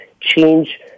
change